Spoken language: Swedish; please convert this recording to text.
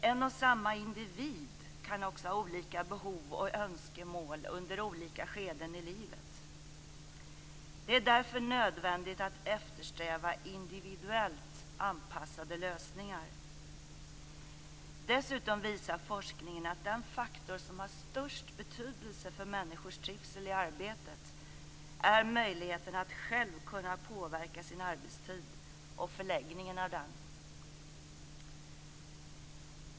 En och samma individ kan också ha olika behov och önskemål under olika skeden i livet. Det är därför nödvändigt att eftersträva individuellt anpassade lösningar. Dessutom visar forskningen att den faktor som har störst betydelse för människors trivsel i arbetet är möjligheten att själv kunna påverka sin arbetstid och förläggningen av den.